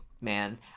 man